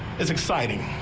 it's exciting.